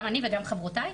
גם אני וגם חברותיי,